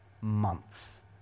months